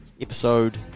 episode